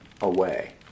away